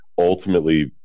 ultimately